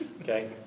Okay